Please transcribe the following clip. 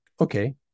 Okay